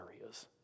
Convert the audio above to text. areas